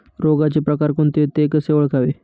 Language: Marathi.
रोगाचे प्रकार कोणते? ते कसे ओळखावे?